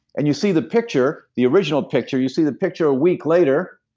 and you see the picture, the original picture, you see the picture a week later,